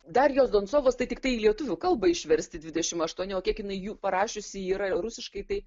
darjos donsovos tai tiktai į lietuvių kalbą išversti dvidešimt aštuoni o kiek jinai jų parašiusi yra rusiškai tai